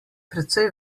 precej